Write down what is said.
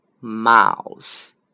Mouse